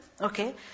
okay